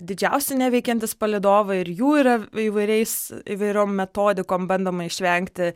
didžiausi neveikiantys palydovai ir jų yra įvairiais įvairiom metodikom bandoma išvengti